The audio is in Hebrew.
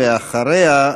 ואחריה,